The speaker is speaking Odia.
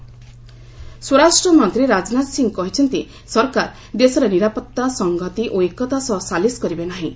ରାଜନାଥ ଗୟା ସ୍ୱରାଷ୍ଟ୍ର ମନ୍ତ୍ରୀ ରାଜନାଥ ସିଂ କହିଛନ୍ତି ସରକାର ଦେଶର ନିରାପତ୍ତା ସଂହତି ଓ ଏକତା ସହ ସାଲିସ୍ କରିବେ ନାହିଁ